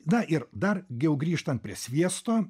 na ir dar jau grįžtant prie sviesto